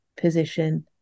position